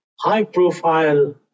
high-profile